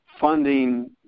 funding